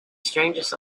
strangest